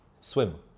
swim